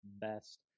best